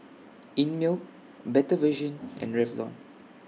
Einmilk Better Vision and Revlon